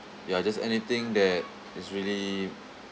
ya just anything that is really